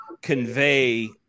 convey